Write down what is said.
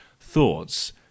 thoughts